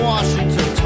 Washington